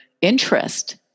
interest